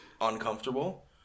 uncomfortable